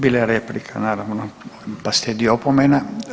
Bila je replika naravno, pa slijedi opomena.